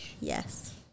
yes